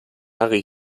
harry